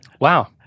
wow